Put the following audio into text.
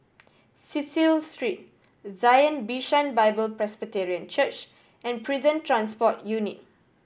Cecil Street Zion Bishan Bible Presbyterian Church and Prison Transport Unit